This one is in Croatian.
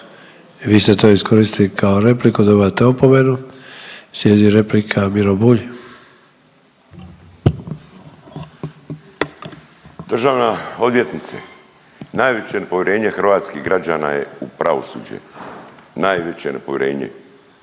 vi ste to iskoristili kao repliku, dobivate opomenu. Slijedi replika, Miro Bulj. **Bulj, Miro (MOST)** Državna odvjetnice, najveće nepovjerenje hrvatskih građana je u pravosuđe, najveće nepovjerenje.